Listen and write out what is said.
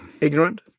Ignorant